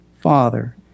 Father